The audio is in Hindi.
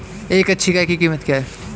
एक अच्छी गाय की कीमत क्या है?